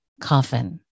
coffin